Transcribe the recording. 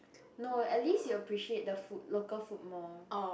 no at least you appreciate the food the local food more